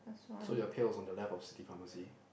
so your pill is on the left of city pharmacy